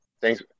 Thanks